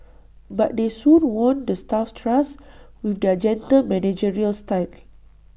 but they soon won the staff's trust with their gentle managerial style